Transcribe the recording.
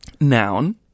Noun